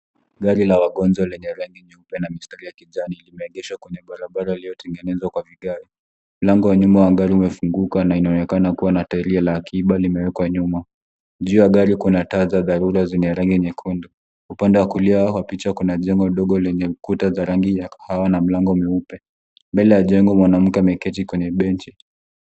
Gari la wagonjwa lenye rangi nyeupe na mistari ya kijani imeegeshwa kwenye barabara iliyotengenezwa kwa vigae. Mlango wa nyuma wa gari umefunguka na inaonekana kuwa na tairi la akiba limewekwa nyuma. Juu ya gari kuna taa za dharura zenye rangi nyekundu. Upande wa kulia kwa picha kuna jengo ndogo lenye ukuta za rangi ya kahawa na mlango mweupe. Mbele ya jengo mwanamke ameketi kwenye benchi.